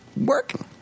working